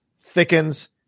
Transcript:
thickens